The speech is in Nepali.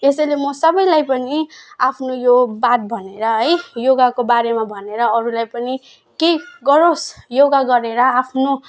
यसैले म सबैलाई पनि आफ्नो यो बात भनेर है योगाको बारेमा भनेर अरूलाई पनि केही गरोस् योगा गरेर आफ्नो